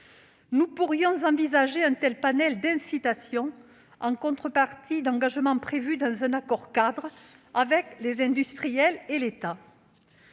Nous pourrions envisager un panel d'incitations, en contrepartie d'engagements prévus dans un accord-cadre liant les industriels et l'État.